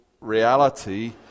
reality